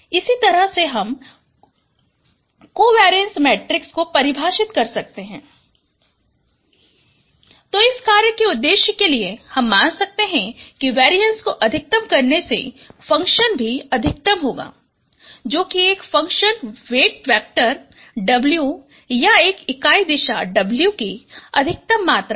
इसी तरह से हम कोवेरीएंस मैट्रिक्स को परिभाषित कर सकते हैं तो इस कार्य के उद्देश्यों के लिए हम मान सकते हैं कि वेरीएंस को अधिकतम करने से फंक्शन भी अधिकतम होगा जो कि एक फंक्शन वेट वेक्टर W का या एक इकाई दिशा W की अधिकतम मात्रा है